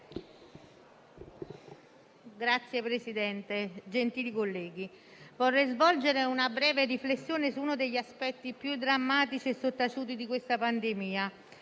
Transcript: Signor Presidente, gentili colleghi, vorrei svolgere una breve riflessione su uno degli aspetti più drammatici e sottaciuti di questa pandemia,